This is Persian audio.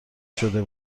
شده